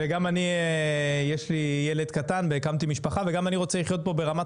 וגם אני יש לי ילד קטן והקמתי משפחה וגם אני רוצה לחיות פה ברמת